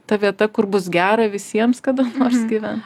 ta vieta kur bus gera visiems kada nors gyvent